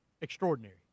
extraordinary